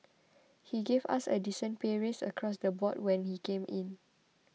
he gave us a decent pay raise across the board when he came in